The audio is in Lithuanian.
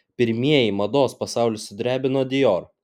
pirmieji mados pasaulį sudrebino dior